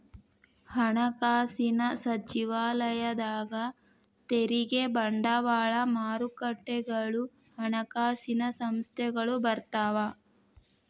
ಹಣಕಾಸಿನ ಸಚಿವಾಲಯದಾಗ ತೆರಿಗೆ ಬಂಡವಾಳ ಮಾರುಕಟ್ಟೆಗಳು ಹಣಕಾಸಿನ ಸಂಸ್ಥೆಗಳು ಬರ್ತಾವ